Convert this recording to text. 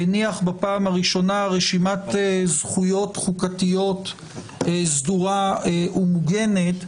הניח בפעם הראשונה רשימת זכויות חוקתיות סדורה ומוגנת,